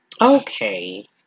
Okay